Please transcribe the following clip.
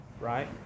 right